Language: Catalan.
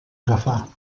agafar